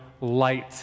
light